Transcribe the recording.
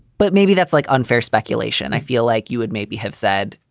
but maybe that's like unfair speculation. i feel like you would maybe have said,